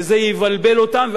וזה יבלבל אותם,